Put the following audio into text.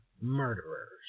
murderers